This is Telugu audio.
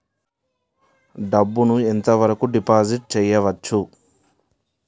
డబ్బు ను ఎంత వరకు డిపాజిట్ చేయవచ్చు?